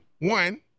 One